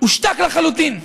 הושתק לחלוטין.